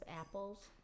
apples